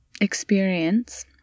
experience